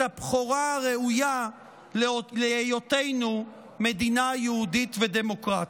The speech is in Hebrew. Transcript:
את הבכורה הראויה להיותנו מדינה יהודית ודמוקרטית.